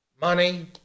money